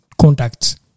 contacts